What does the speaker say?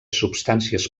substàncies